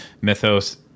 mythos